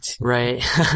Right